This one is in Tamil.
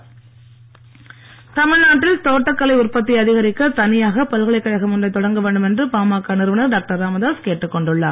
ராமதாஸ் தமிழ்நாட்டில் தோட்டக்கலை உற்பத்தியை அதிகரிக்க தனியாக பல்கலைக் கழகம் ஒன்றை தொடங்க வேண்டும் என்று பாமக நிறுவனர் டாக்டர் ராமதாஸ் கேட்டுக் கொண்டுள்ளார்